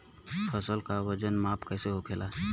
फसल का वजन माप कैसे होखेला?